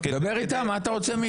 לא, לא, אל תפריע לי, זה לא ארוך.